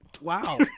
Wow